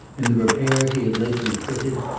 in the repaire he had lately quitted,